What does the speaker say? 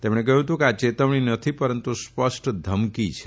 તેમણે કહયું હતું કે આ ચેતવણી નથી પરંતુ સ્પષ્ટ ધમકી છે